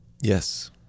Yes